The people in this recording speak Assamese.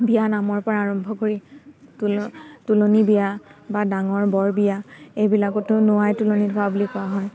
বিয়া নামৰ পৰা আৰম্ভ কৰি তোল তোলনি বিয়া বা ডাঙৰ বৰবিয়া এইবিলাকতো নোৱায় তোলনি ধোৱা বুলি কোৱা হয়